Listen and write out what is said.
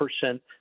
percent